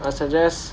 I suggest